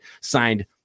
signed